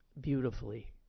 beautifully